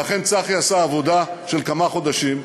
ואכן, צחי עשה עבודה של כמה חודשים,